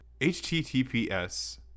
https